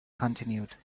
continued